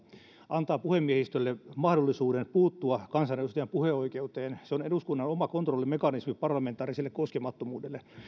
antaen puhemiehistölle mahdollisuuden puuttua kansanedustajan puheoikeuteen se on eduskunnan oma kontrollimekanismi parlamentaariselle koskemattomuudelle